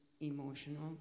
emotional